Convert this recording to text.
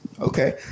okay